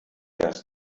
das